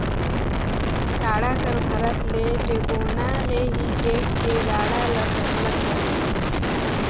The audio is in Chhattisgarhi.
गाड़ा कर भरत ले टेकोना ले ही टेक के गाड़ा ल सरलग भरे